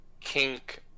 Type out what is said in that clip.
kink